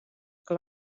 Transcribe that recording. que